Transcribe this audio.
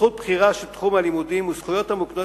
זכות בחירה של תחום הלימודים וזכויות המוקנות